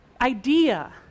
idea